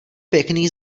pěkný